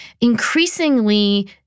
increasingly